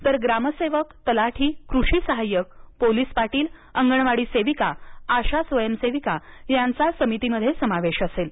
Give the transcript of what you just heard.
तर ग्रामसेवक तलाठी कृषीसहायक पोलीस पाटील अंगणवाडी सेविका आशा स्वयंसेविका यांचा समितीमध्ये समावेश असेल